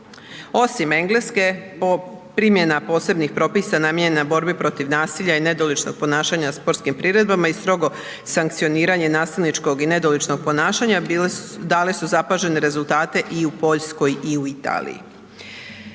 Osim Engleske, po primjena posebnih propisa namijenjena borbi protiv nasilja i nedoličnog ponašanja na sportskim priredbama i strogo sankcioniranje nasilničkog i nedoličnog ponašanja bili su, dali su zapažene rezultate i u Poljskoj i u Italiji.